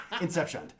Inception